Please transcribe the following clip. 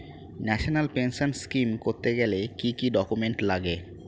National pension scheme করতে গেলে কি কি ডকুমেন্ট লাগে?